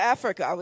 Africa